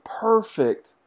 perfect